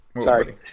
Sorry